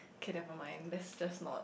okay never mind let's just not